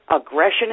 aggression